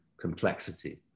complexity